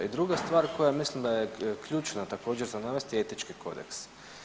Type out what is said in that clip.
I druga stvar koja mislim da je ključna također za nas je Etički kodeks.